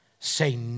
say